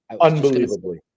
unbelievably